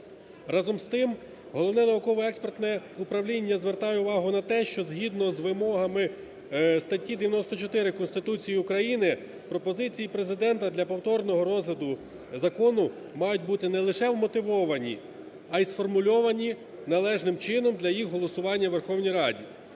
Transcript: Разом із тим, Головне науково-експертне управління звертає увагу на те, що, згідно з вимогами статті 94 Конституції України, пропозиції Президента для повторного розгляду закону мають бути не лише вмотивовані, а й сформульовані належним чином для їх голосування у Верховній Раді.